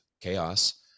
chaos